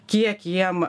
kiek jiem